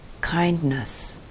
kindness